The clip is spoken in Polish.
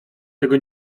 tego